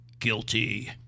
guilty